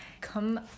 Come